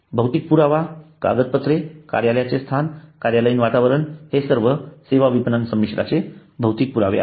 भौतिक पुरावे कागदपत्रे कार्यालयाचे स्थान कार्यालयीन वातावरण हे सर्व सेवा विपणन मिश्रणाचे भौतिक पुरावे आहेत